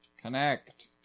Connect